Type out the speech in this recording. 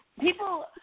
people